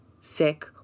sick